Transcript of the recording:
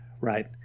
right